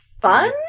Fun